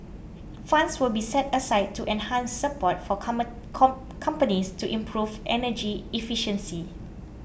funds will be set aside to enhance support for common con companies to improve energy efficiency